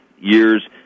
year's